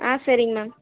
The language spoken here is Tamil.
சரிங்க மேம்